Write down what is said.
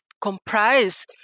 comprise